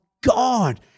God